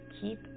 keep